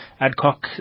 Adcock